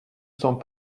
sont